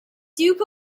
duke